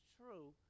true